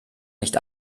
nicht